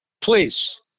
Please